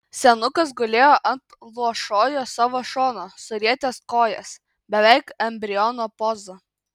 senukas gulėjo ant luošojo savo šono surietęs kojas beveik embriono poza